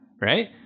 right